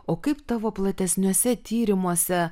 o kaip tavo platesniuose tyrimuose